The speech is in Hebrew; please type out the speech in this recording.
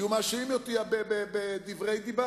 היה מאשים אותי בדברי דיבה.